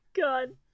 God